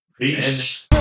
Peace